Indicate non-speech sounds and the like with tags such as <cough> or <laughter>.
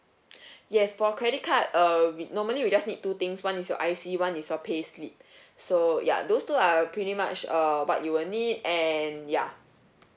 <breath> yes for credit card err we normally we just need two things one is your I_C one is your payslip <breath> so ya those two are pretty much uh what you will need and ya